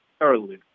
early